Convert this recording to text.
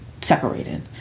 Separated